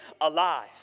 alive